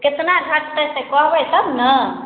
केतना घटतै से कहबै तब ने